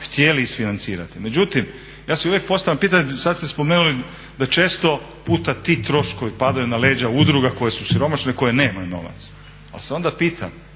htjeli isfinancirati. Međutim, ja si uvijek postavljam pitanje, sad ste spomenuli da često puta ti troškovi padaju na leđa udruga koje su siromašne i koje nemaju novac ali se onda pitam